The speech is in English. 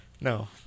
No